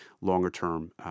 longer-term